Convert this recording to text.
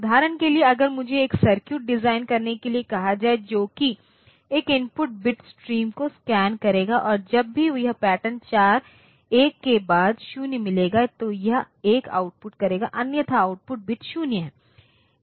उदाहरण के लिए अगर मुझे एक सर्किट डिजाइन करने के लिए कहा जाए जो कि एक इनपुट बिट स्ट्रीम को स्कैन करेगा और जब भी यह पैटर्न 4 एक के बाद 0 मिलेगा तो यह 1 आउटपुट करेगा अन्यथा आउटपुट बिट 0 है